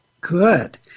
Good